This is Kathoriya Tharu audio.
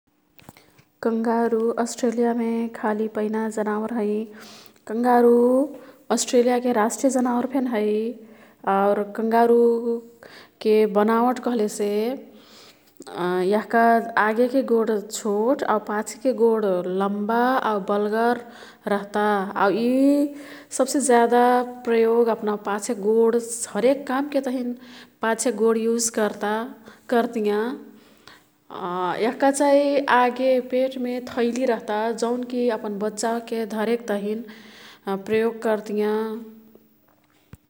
कंगारू अस्ट्रेलियामे खाली पैना जनावर हैं। कंगारू अस्ट्रेलियाके राष्ट्रिय जनावर फेन हई। आउर कंगारुके बनावट कह्लेसे आगेके गोड छोट आऊ पाछेके गोड लम्बा आऊ बल्गर रहता। आऊ ई सब्से ज्यादा प्रयोग अप्ना पाछेक गोड हरेक काम्के तहिन पाछेक गोड युज कर्ता /कर्तियाँ। यह्काचाहीं आगे पेट्मे थैली रहता जौन्की अपन बच्चा ओह्के धरेक तहिन प्रयोग कर्तियाँ।